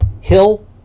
hill